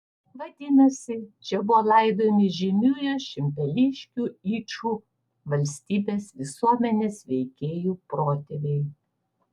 vadinasi čia buvo laidojami žymiųjų šimpeliškių yčų valstybės visuomenės veikėjų protėviai